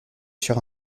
sur